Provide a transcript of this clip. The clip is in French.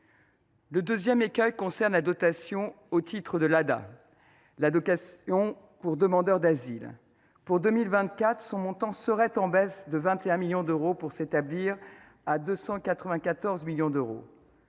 Le deuxième écueil concerne la dotation au titre de l’allocation pour demandeur d’asile (ADA). Pour 2024, son montant serait en baisse de 21 millions d’euros et s’établirait à 294 millions d’euros.